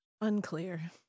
Unclear